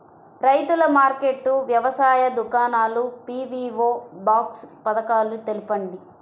రైతుల మార్కెట్లు, వ్యవసాయ దుకాణాలు, పీ.వీ.ఓ బాక్స్ పథకాలు తెలుపండి?